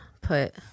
put